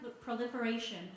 proliferation